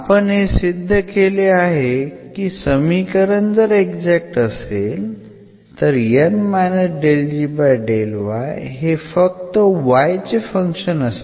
आपण हे सिद्ध केले आहे की समीकरण जर एक्झॅक्ट असेल तर हे फक्त y चे फंक्शन असते